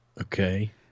Okay